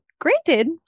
granted